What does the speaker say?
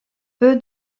peu